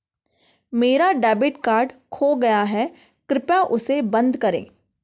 मेरा debit card खो गया है, कृपया उसे बंद कर दें